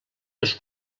les